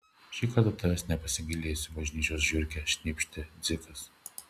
šį kartą tavęs nepasigailėsiu bažnyčios žiurke šnypštė dzikas